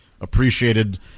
appreciated